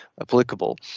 applicable